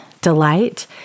delight